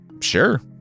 Sure